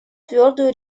твердую